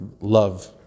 love